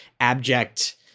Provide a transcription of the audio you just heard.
abject